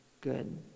good